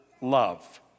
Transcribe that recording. love